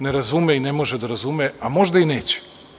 Ne razume i ne može da razume, a možda i neće.